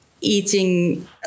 eating